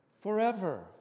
forever